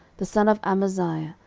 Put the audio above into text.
the son of amaziah,